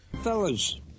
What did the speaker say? Fellas